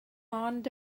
ond